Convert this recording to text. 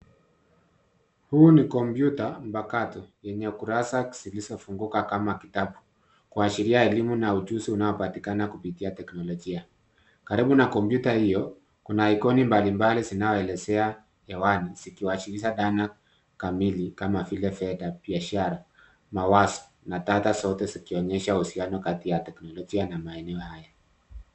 Huu ni kompyuta mpakato yenye kurasa zilizofunguka kama kitabu kuashiria elimu na ujuzi unaopatikana kupitia teknolojia. Karibu na kompyuta hiyo kuna ikoni mbalimbali zinaoelezea hewani zikiwashirisha dhana kamili kama vile fedha, biashara, mawazo na tata zote zikionyesha uhusiano kati ya teknolojia na maeneo haya.